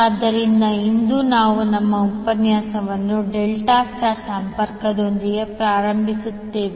ಆದ್ದರಿಂದ ಇಂದು ನಾವು ನಮ್ಮ ಉಪನ್ಯಾಸವನ್ನು ಡೆಲ್ಟಾ ಸ್ಟಾರ್ ಸಂಪರ್ಕದೊಂದಿಗೆ ಪ್ರಾರಂಭಿಸುತ್ತೇವೆ